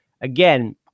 again